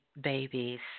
babies